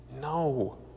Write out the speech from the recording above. No